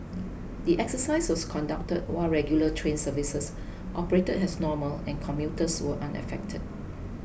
the exercise was conducted while regular train services operated as normal and commuters were unaffected